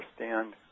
understand